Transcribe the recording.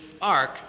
ark